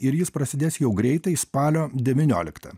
ir jis prasidės jau greitai spalio devynioliktą